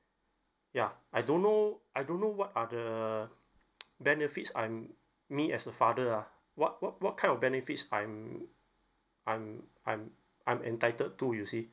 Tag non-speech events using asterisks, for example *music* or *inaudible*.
ya I don't know I don't know what are the *noise* benefits I'm me as a father ah what what what kind of benefits I'm I'm I'm I'm entitled to you see